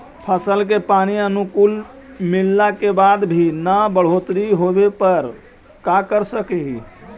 फसल के पानी अनुकुल मिलला के बाद भी न बढ़ोतरी होवे पर का कर सक हिय?